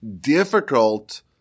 difficult